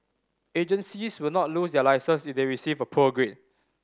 agencies will not lose their licence if they receive a poor grade